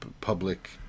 public